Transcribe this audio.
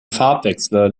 farbwechsler